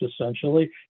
essentially